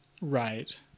Right